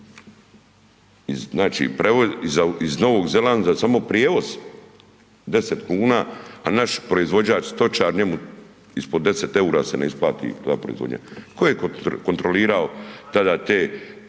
znači, iz Novog Zelanda samo prijevoz 10 kuna, a naš proizvođač, stočar, njemu ispod 10 EUR-a se ne isplati ta proizvodnja. Ko je kontrolirao tada te